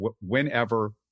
whenever